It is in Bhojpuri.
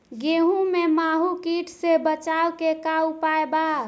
गेहूँ में माहुं किट से बचाव के का उपाय बा?